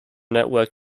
network